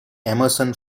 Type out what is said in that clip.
emerson